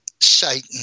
Satan